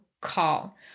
call